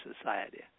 society